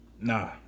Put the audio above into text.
Nah